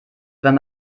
wenn